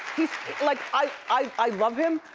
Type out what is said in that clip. like, i love him,